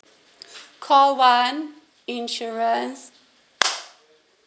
call one insurance